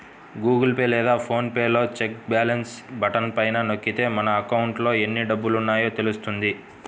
Google Pay లేదా PhonePe లో check balance button పైన నొక్కితే మన అకౌంట్లో ఎన్ని డబ్బులున్నాయో తెలుస్తుంది